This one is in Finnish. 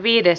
asia